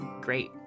great